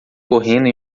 correndo